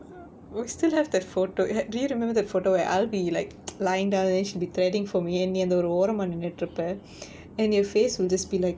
we still have that photo do you remember that photo where I'll be like lying down and then she'll be threading for me and நீ அந்த ஒரு ஓரமா நின்னுட்டு இருப்ப:nee antha oru oramaa ninnuttu iruppa and your face will just be like